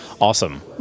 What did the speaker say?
Awesome